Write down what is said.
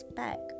back